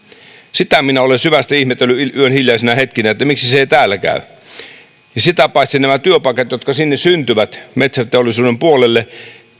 sitä minä olen syvästi ihmetellyt yön hiljaisina hetkinä että miksi se ei täällä käy sitä paitsi nämä työpaikat jotka syntyvät metsäteollisuuden puolelle